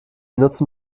nutzen